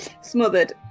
Smothered